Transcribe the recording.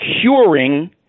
curing